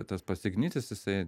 tas pats ignitis jisai